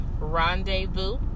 rendezvous